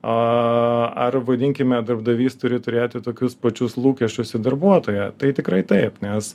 ar vadinkime darbdavys turi turėti tokius pačius lūkesčius į darbuotoją tai tikrai taip nes